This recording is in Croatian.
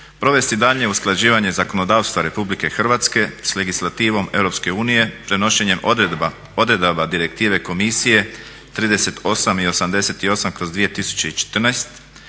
provesti daljnje usklađivanje zakonodavstva RH s legislativom EU prenošenjem odredaba direktive komisije 38 i 88/2014